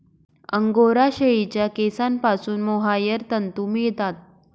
angora शेळीच्या केसांपासून mohair तंतू मिळतात